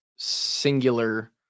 singular